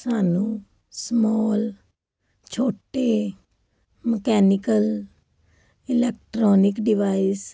ਸਾਨੂੰ ਸਮਾਲ ਛੋਟੇ mechanical electronic device